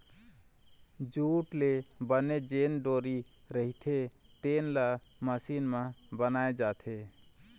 jute ले बने जेन डोरी रहिथे तेन ल मसीन म बनाए जाथे